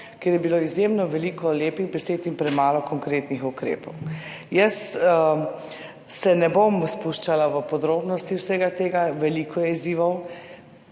kjer je bilo izjemno veliko lepih besed in premalo konkretnih ukrepov. Jaz se ne bom spuščala v podrobnosti vsega tega, veliko je izzivov.